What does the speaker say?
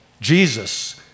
Jesus